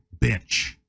bitch